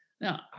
Now